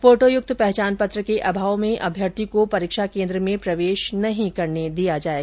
photo युक्त पहचान पत्र के अभाव में अभ्यर्थी को परीक्षा केंद्र में प्रवेश नहीं करने दिया जाएगा